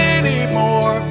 anymore